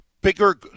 Bigger